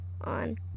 on